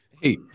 Hey